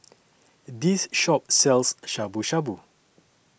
This Shop sells Shabu Shabu